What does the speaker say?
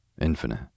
Infinite